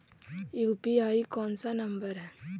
UPI कोन सा number हैं?